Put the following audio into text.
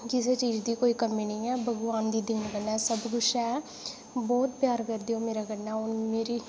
किसे चीज दी कोई कमी नेईं ऐ भगवान दी देन कन्नै सब कुछ ऐ बहुत प्यार करदे ओह् मेरे कन्नै मेरी हर इक